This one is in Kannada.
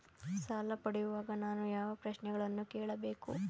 ಸಾಲ ಪಡೆಯುವಾಗ ನಾನು ಯಾವ ಪ್ರಶ್ನೆಗಳನ್ನು ಕೇಳಬೇಕು?